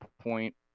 point